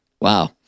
Wow